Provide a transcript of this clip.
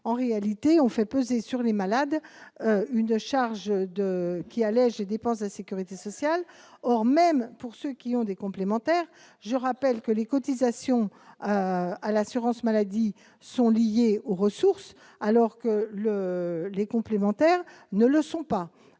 En réalité, on fait peser sur les malades une charge qui allège les dépenses de la sécurité sociale. Or, je le rappelle, même pour ceux qui ont des complémentaires, les cotisations à l'assurance maladie sont liées aux ressources, alors que les complémentaires ne le sont pas.